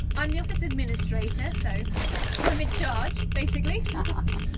i'm the office administrator, so i'm in charge, basically. but